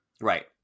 right